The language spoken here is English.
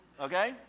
okay